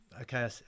Okay